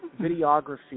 videography